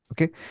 Okay